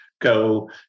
go